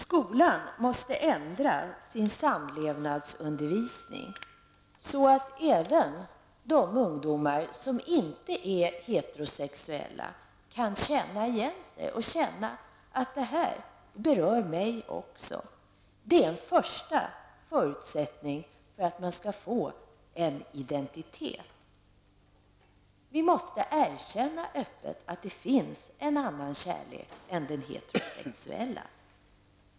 Skolan måste ändra sin samlevnadsundervisning så att även de ungdomar som inte är heterosexuella kan känna igen sig och känna att det här berör dem. Det är en första förutsättning för att man skall kunna få en identitet. Vi måste erkänna öppet att det finns annan kärlek än den heterosexuella.